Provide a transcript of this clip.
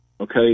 okay